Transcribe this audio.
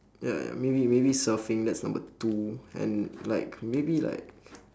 ya ya maybe maybe surfing that's number two and like maybe like